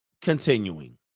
Continuing